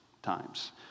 times